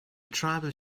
tribal